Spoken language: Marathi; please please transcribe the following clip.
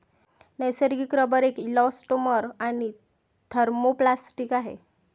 नैसर्गिक रबर एक इलॅस्टोमर आणि थर्मोप्लास्टिक आहे